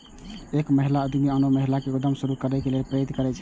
एक महिला उद्यमी आनो महिला कें उद्यम शुरू करै लेल प्रेरित करै छै